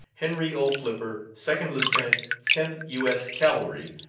henry o. flipper, second lieutenant tenth u. s. cavalry.